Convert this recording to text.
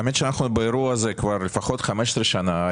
האמת שאנחנו באירוע הזה כבר לפחות 15 שנה.